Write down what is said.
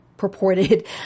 purported